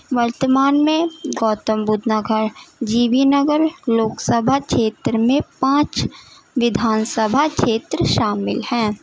ورتمان میں Gautam Buddh Nagar G B Nagar Lok Sabha چھیتر میں پانچ ودھان سبھا چھیتر شامل ہیں